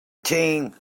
team